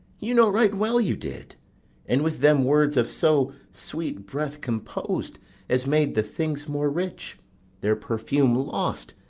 you know right well you did and with them words of so sweet breath compos'd as made the things more rich their perfume lost,